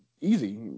easy